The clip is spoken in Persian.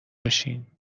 بشین